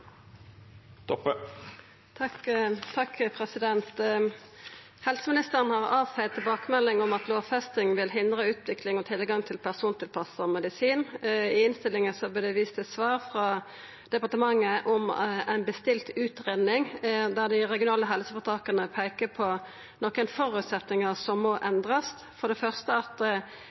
om at lovfesting vil hindra utvikling av og tilgang til persontilpassa medisin. I innstillinga vert det vist til svar frå departementet om ei bestilt utgreiing der dei regionale helseføretaka peiker på nokre føresetnader som må endrast: for det første at